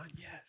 Yes